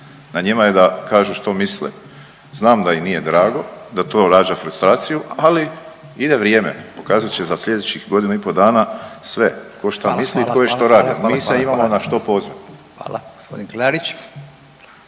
Na njima je da kažu što misle. Znam da im nije drago da to rađa frustraciju, ali ide vrijeme. Pokazat će za sljedećih godinu i pol dana sve tko šta misli i tko je što radio. Mi se imamo na što pozvati. **Radin, Furio